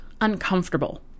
uncomfortable